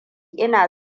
ina